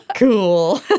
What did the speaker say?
Cool